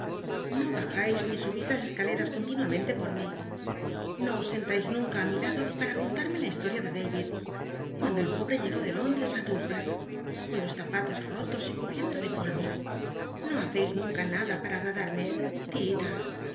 o bajais ni subís las escaleras continuamente por mi no os scntais nunca mi lado para contal'lne la historia de david cuando el pobre llegó de lóndres á douvres con los zapatos rotos y cubierto de polvo no baceis nunca nada para agradarme tiita